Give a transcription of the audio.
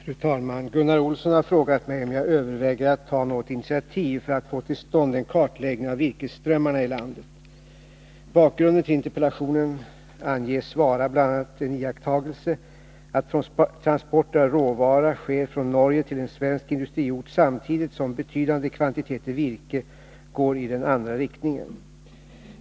Fru talman! Gunnar Olsson har frågat mig om jag överväger att ta något initiativ för att få till stånd en kartläggning av virkesströmmarna i landet. Bakgrunden till interpellationen anges vara bl.a. en iakttagelse att transporter av råvara sker från Norge till en svensk industriort samtidigt som betydande kvantiteter virke går i den andra riktningen.